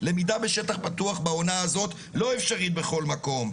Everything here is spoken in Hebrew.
למידה בשטח פתוח בעונה הזאת לא אפשרית בכל מקום,